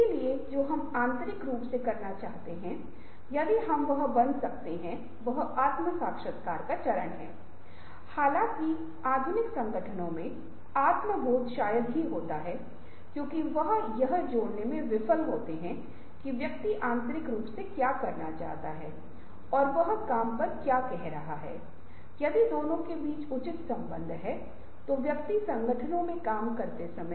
इन सभी को विशेष रूप से वैज्ञानिक अनुसंधान और विकास संगठनों या प्रौद्योगिकी संगठनों में विज्ञान के साथ साथ शैक्षणिक संस्थानों में उन लोगों पर विचार करने के लिए लिया जाता है जो विभिन्न उत्पादों को विकसित करने की कोशिश कर रहे हैं